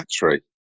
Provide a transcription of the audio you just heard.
battery